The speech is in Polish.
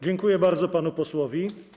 Dziękuję bardzo panu posłowi.